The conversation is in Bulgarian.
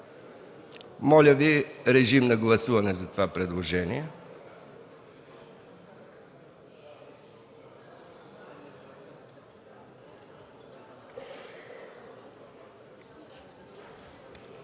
Моля, режим на гласуване за това предложение.